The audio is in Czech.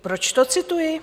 Proč to cituji?